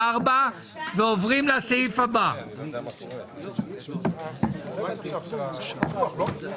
16:00. הישיבה ננעלה בשעה 13:18.